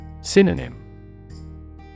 Synonym